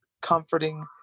comforting